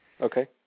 Okay